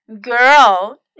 girl